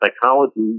psychology